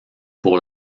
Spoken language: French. pour